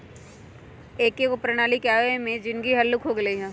एकेगो प्रणाली के आबे से जीनगी हल्लुक हो गेल हइ